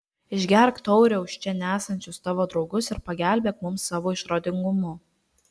išgerk taurę už čia nesančius tavo draugus ir pagelbėk mums savo išradingumu